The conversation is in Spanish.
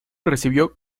recibió